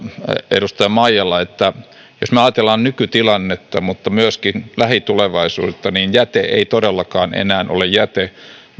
edustaja maijala että jos me ajattelemme nykytilannetta mutta myöskin lähitulevaisuutta niin jäte ei todellakaan enää ole jäte